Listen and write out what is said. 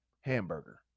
hamburger